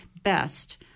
best